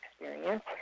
experience